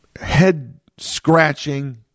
head-scratching